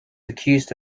accused